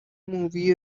movie